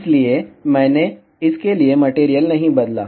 इसलिए मैंने इसके लिए मटेरियल नहीं बदला